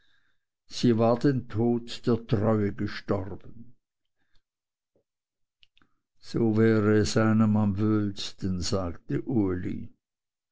sie war den tod der treue gestorben so wäre es einem am wöhlsten sagte uli